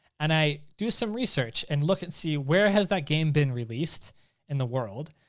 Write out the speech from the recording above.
and i do some research, and look and see where has that game been released in the world?